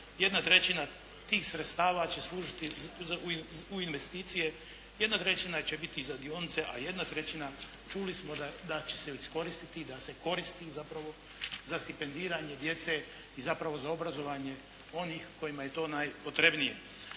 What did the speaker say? jedna trećina tih sredstava će služiti u investicije, jedna trećina će biti za dionice, a jedna trećina, čuli smo da će se iskoristiti i da se koristi zapravo za stipendiranje djece i zapravo za obrazovanje onih kojima je to najpotrebnije.